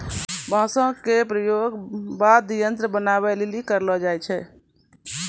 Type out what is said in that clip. बांसो केरो प्रयोग वाद्य यंत्र बनाबए लेलि करलो जाय छै